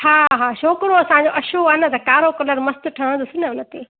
हा हा छोकिरो असांजो अछो आहे न त कारो कलर मस्तु ठहंदुसि न हुनते